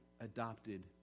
adopted